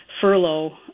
furlough